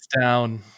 down